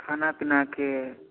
खाना पीनाके